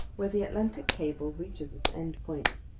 where the atlantic cable reaches its end point.